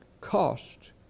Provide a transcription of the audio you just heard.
cost